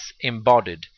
embodied